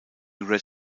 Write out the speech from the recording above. red